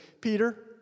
Peter